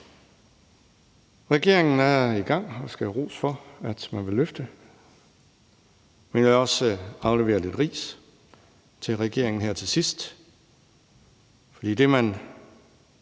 Regeringen er i gang og skal have ros for, at man vil løfte området, men jeg vil også aflevere lidt ris til regeringen her til sidst. For det, man